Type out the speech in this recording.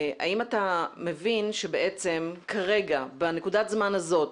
האם אתה מבין שבנקודת הזמן הזאת,